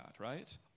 right